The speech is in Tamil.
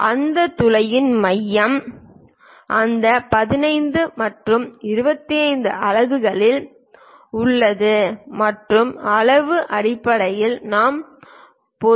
அந்த துளையின் மையம் அந்த 15 மற்றும் 25 அலகுகளில் உள்ளது மற்றும் அளவு அடிப்படையில் நாம் பொதுவாக குறிக்கும் விட்டம்